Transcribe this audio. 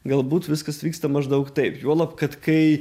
galbūt viskas vyksta maždaug taip juolab kad kai